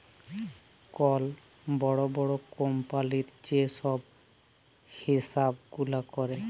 call বড় বড় কম্পালির যে ছব হিছাব গুলা ক্যরে